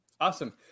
Awesome